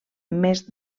més